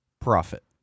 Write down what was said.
profit